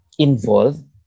Involved